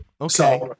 Okay